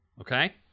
okay